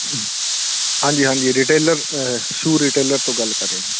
ਹਾਂਜੀ ਹਾਂਜੀ ਰਿਟੇਲਰ ਸੂ ਰਿਟੇਲਰ ਤੋਂ ਗੱਲ ਕਰ ਰਹੇ ਹਾਂ ਜੀ